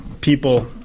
people